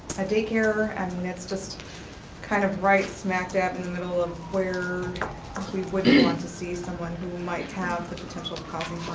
a daycare, and that's just kind of right smack dab in the middle of where we wouldn't want to see someone who might have the potential of causing